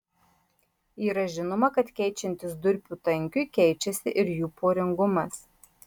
yra žinoma kad keičiantis durpių tankiui keičiasi ir jų poringumas